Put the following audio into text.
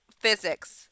physics